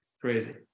crazy